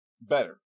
better